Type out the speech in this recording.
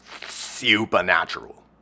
Supernatural